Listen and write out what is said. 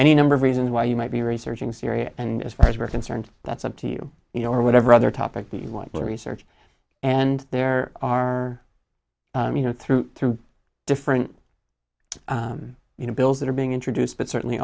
any number of reasons why you might be researching syria and as far as we're concerned that's up to you you know or whatever other topic that you want to research and there are you know through through different you know bills that are being introduced but certainly